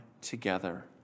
together